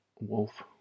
Wolf